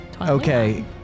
Okay